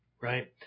right